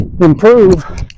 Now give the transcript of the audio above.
improve